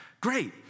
great